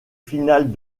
finales